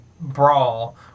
Brawl